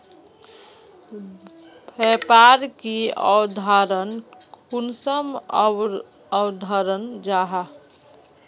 व्यापार की अवधारण कुंसम अवधारण जाहा?